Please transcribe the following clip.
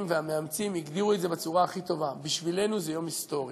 והמאמצים בצורה הכי טובה: בשבילנו זה יום היסטורי.